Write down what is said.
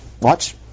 watch